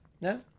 No